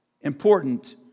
important